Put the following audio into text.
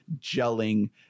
gelling